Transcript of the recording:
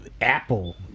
apple